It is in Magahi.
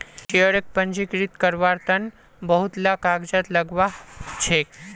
शेयरक पंजीकृत कारवार तन बहुत ला कागजात लगव्वा ह छेक